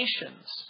nations